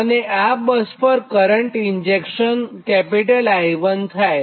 અને આ બસ પર કરંટ ઇન્જેક્શન I1 થાય